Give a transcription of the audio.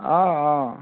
অ অ